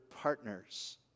partners